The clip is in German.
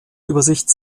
übersicht